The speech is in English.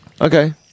Okay